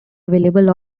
available